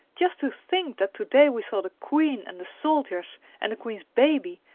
just to think that to-day we saw the queen and the soldiers, and the queen's baby,